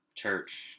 Church